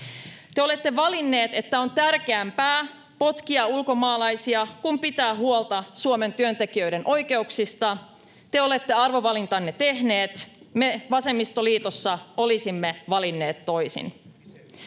Te olette valinneet, että on tärkeämpää potkia ulkomaalaisia kuin pitää huolta Suomen työntekijöiden oikeuksista. Te olette arvovalintanne tehneet. Me vasemmistoliitossa olisimme valinneet toisin.